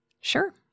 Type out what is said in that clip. Sure